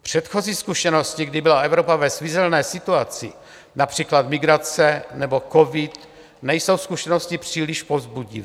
Předchozí zkušenosti, kdy byla Evropa ve svízelné situaci, například migrace nebo covid, nejsou zkušenosti příliš povzbudivé.